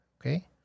okay